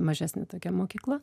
mažesnė tokia mokykla